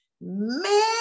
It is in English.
man